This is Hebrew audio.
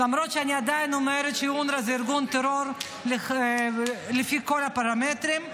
למרות שאני עדיין אומרת שאונר"א זה ארגון טרור לפי כל הפרמטרים.